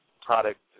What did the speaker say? product